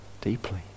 Deeply